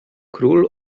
król